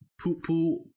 poo-poo